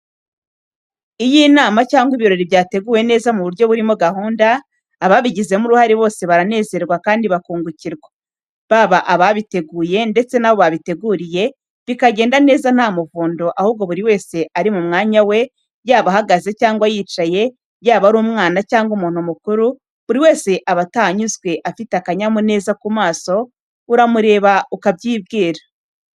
Iyo inama cyangwa ibirori byateguwe neza mu buryo burimo gahunda, ababigizemo uruhare bose baranezerwa kandi bakungukirwa, baba ababiteguye ndetse n'abo babiteguriye, bikagenda neza nta muvundo ahubwo buri wese ari mu mwanya we, yaba ahagaze cyangwa yicaye, yaba ari umwana cyangwa umuntu mukuru, buri wese ataha anyuzwe, afite akanyamuneza ku maso, uramureba ukabyibwira.